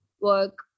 work